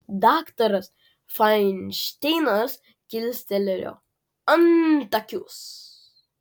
daktaras fainšteinas kilstelėjo antakius